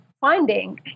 finding